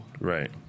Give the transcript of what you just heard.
Right